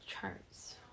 charts